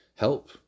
help